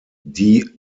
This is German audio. die